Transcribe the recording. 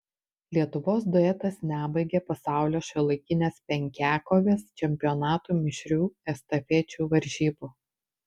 lietuvos duetas nebaigė pasaulio šiuolaikinės penkiakovės čempionato mišrių estafečių varžybų